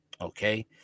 Okay